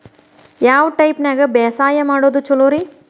ಯಾವ ಟೈಪ್ ನ್ಯಾಗ ಬ್ಯಾಸಾಯಾ ಮಾಡೊದ್ ಛಲೋರಿ?